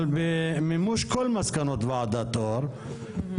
אבל במימוש כל מסקנות ועדת אור,